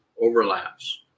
overlaps